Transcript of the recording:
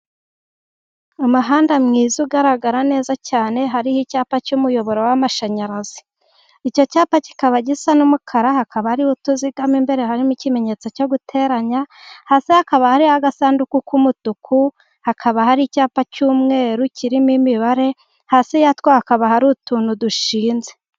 Umuhanda mwiza ugaragara neza cyane hariho icyapa cy'umuyoboro w'amashanyarazi, icyo cyapa kikaba gisa n'umukara hakaba hariho utuziga mo imbere harimo ikimenyetso cyo guteranya, hasi hakaba hari agasanduku k'umutuku hakaba hari icyapa cy'umweru kirimo imibare, hasi yatwo hakaba hari utuntu dushinze.